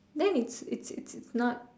then it's it's it's not